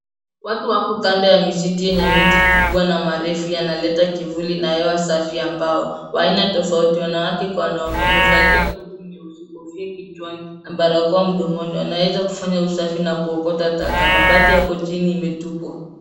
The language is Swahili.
Watu wako kando ya msitu yenye miti kubwa na marefu yanaleta kivuli na hewa safi ambao wa aina tofauti wanawake kwa wanaume wamevalia koti nyeusi kofia kichwani na barakoa mdomoni. Wanaeza kufanya usafi na kuokota taka. Mabati yako chini imetupwa.